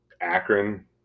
Akron